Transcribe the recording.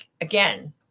again